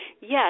Yes